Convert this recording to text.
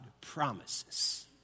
promises